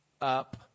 up